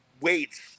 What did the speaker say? weights